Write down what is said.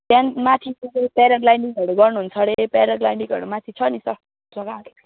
त्यहाँदेखि माथि पुगेर प्याराग्लाइडिङहरू गर्नुहुन्छ अरे प्याराग्लाइडिङहरू माथि छ नि सर जग्गाहरू